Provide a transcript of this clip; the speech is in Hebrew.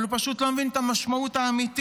אבל הוא פשוט לא מבין את המשמעות האמיתית